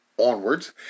onwards